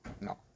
No